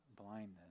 blindness